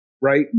Right